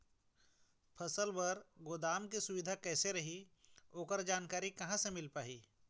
फसल बर गोदाम के सुविधा कैसे रही ओकर जानकारी कहा से मिल पाही?